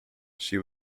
she